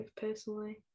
personally